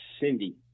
Cindy